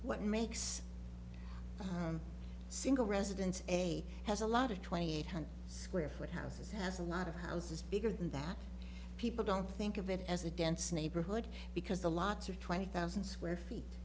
what makes a home single residence a has a lot of twenty eight hundred square foot houses has a lot of houses bigger than that people don't think of it as a dense neighborhood because the lots are twenty thousand square feet